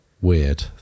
weird